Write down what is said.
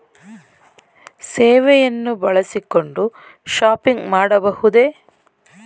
ಸೇವೆಯನ್ನು ಬಳಸಿಕೊಂಡು ಶಾಪಿಂಗ್ ಮಾಡಬಹುದೇ?